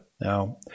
Now